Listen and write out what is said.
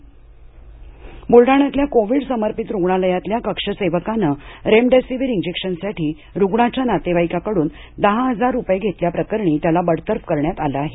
बडतर्फ बलडाणा ब्रुलडाण्यातल्या कोवीड समर्पीत रुग्णालयातलया कक्षसेवकानं रेमडेसीवीर इंजेक्शनसाठी रुग्णाच्या नातेवाईकाकडून दहा हजार रुपये घेतल्याप्रकणी त्याला बडतर्फ करण्यात आलं आहे